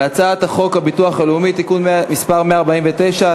הצעת חוק הביטוח הלאומי (תיקון מס' 149),